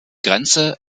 grenze